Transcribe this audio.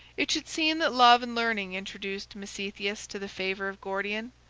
it should seem that love and learning introduced misitheus to the favor of gordian.